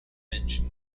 mention